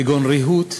כגון ריהוט,